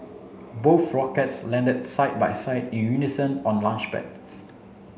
both rockets landed side by side in unison on launchpads